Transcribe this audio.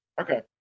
Okay